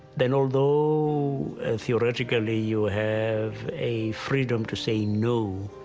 then although theologically you have a freedom to say no,